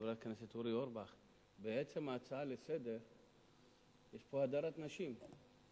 לחבר הכנסת אורי אורבך: בעצם ההצעה לסדר יש פה הדָרת נשים,